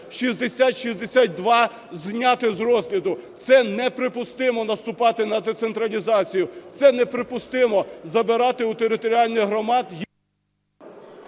6062 зняти з розгляду. Це неприпустимо - наступати на децентралізацію, це неприпустимо - забирати у територіальних громад…